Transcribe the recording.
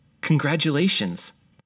Congratulations